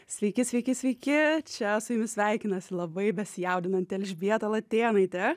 sveiki sveiki sveiki čia su jumis sveikinasi labai besijaudinanti elžbieta latėnaitė